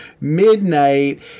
midnight